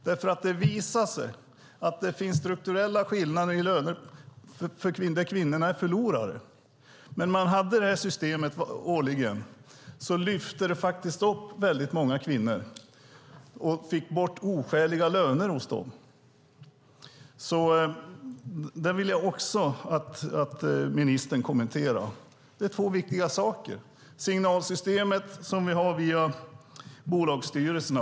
Det visar sig nämligen att det finns strukturella skillnader där kvinnorna är förlorare. När vi hade detta system årligen lyfte det upp många kvinnor och fick bort oskäliga löner. Det handlar om två viktiga saker. Dels har vi ett signalsystem via bolagsstyrelserna.